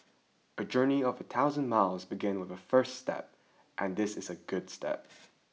a journey of a thousand miles begins with a first step and this is a good step